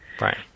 Right